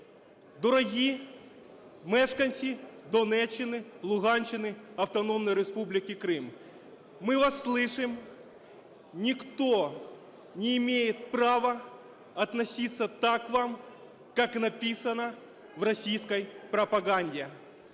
Дорогі мешканці Донеччини, Луганщини, Автономної Республіки Крим, мы вас слышим, никто не имеет права относится так к вам, как написано в российской пропаганде.